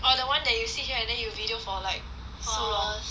orh the one that you sit here and then you video for like so long